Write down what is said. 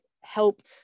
helped